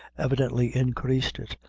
evidently increased it,